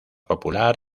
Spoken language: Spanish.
popular